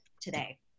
today